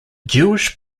jewish